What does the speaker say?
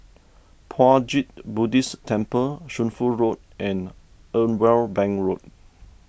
Puat Jit Buddhist Temple Shunfu Road and Irwell Bank Road